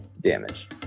damage